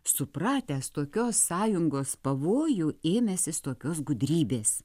supratęs tokios sąjungos pavojų ėmęsis tokios gudrybės